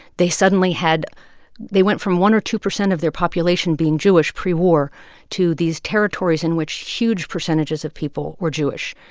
they suddenly had they went from one or two percent of their population being jewish pre-war to these territories in which huge percentages of people were jewish.